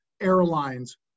airlines